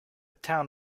town